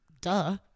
Duh